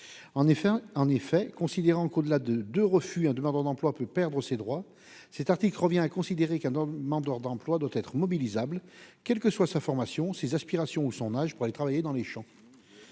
En effet, puisque, au-delà de deux refus, un demandeur d'emploi peut perdre ses droits à l'allocation chômage, adopter cet article revient à considérer qu'un demandeur d'emploi doit être mobilisable- quels que soient sa formation, ses aspirations ou son âge -pour aller travailler dans les champs.